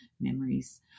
memories